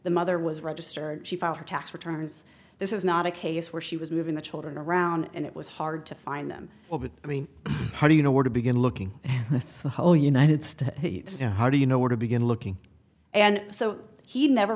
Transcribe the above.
the mother was registered she filed her tax returns this is not a case where she was moving the children around and it was hard to find them i mean how do you know where to begin looking that's the whole united you know how do you know where to begin looking and so he never